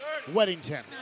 Weddington